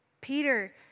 Peter